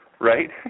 right